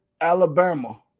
Alabama